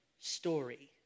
story